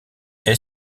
est